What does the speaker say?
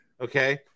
okay